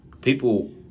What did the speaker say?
People